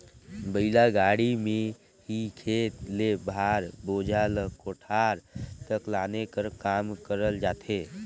बइला गाड़ी मे ही खेत ले भार, बोझा ल कोठार तक लाने कर काम करल जाथे